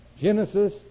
Genesis